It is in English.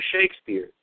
Shakespeare